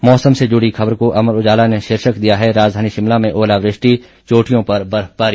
मौसम से जुड़ी खबर को अमर उजाला ने शीर्षक दिया है राजधानी शिमला में ओलावृष्टि चोटियों पर बर्फबारी